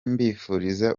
mbifuriza